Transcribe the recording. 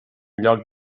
lloc